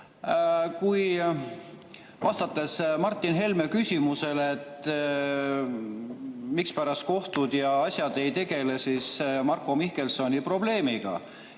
Vastates Martin Helme küsimusele, mispärast kohtud ja asjad ei tegele Marko Mihkelsoni probleemiga,